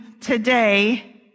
today